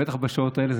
בטח בשעות האלה.